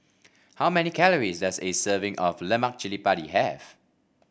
how many calories does a serving of Lemak Cili Padi have